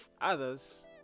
Others